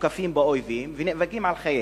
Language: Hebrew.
המוקפים באויבים ונאבקים על חייהם.